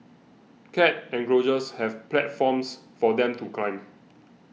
cat enclosures have platforms for them to climb